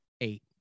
eight